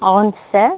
అవును సార్